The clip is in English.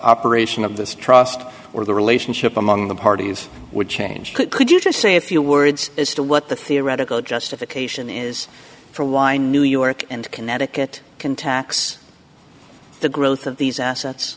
operation of this trust or the relationship among the parties would change could could you just say a few words as to what the theoretical justification is for why new york and connecticut can tax the growth of these assets